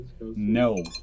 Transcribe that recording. No